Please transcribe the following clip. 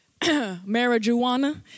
marijuana